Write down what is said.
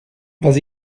vas